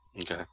okay